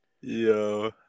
Yo